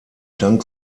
dank